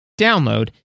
download